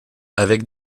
avec